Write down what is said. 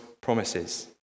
promises